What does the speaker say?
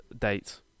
date